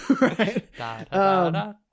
Right